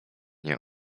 nie